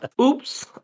Oops